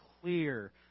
clear